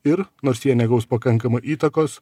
ir nors jie negaus pakankamai įtakos